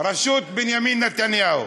רשות בנימין נתניהו.